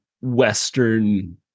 western